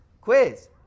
quiz